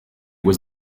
was